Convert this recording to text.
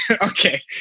okay